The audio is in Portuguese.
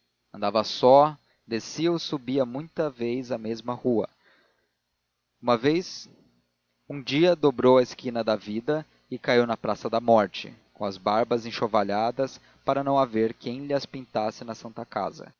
andava só descia ou subia muita vez a mesma rua um dia dobrou a esquina da vida e caiu na praça da morte com as barbas enxovalhadas por não haver quem lhas pintasse na santa casa